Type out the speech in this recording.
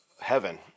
heaven